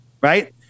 Right